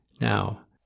Now